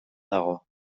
dago